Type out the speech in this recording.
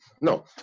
No